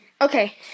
Okay